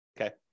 okay